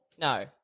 No